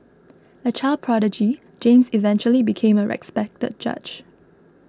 a child prodigy James eventually became a respected judge